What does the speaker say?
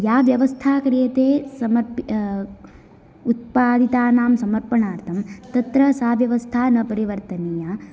या व्यवस्था क्रियते सर्मपि उत्पादितानां समर्पणार्थं तत्र सा व्यवस्था न परिवर्तनीया